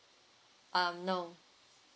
um no